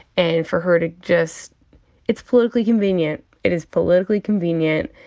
and for her to just it's politically convenient. it is politically convenient.